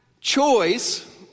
choice